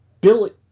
Billy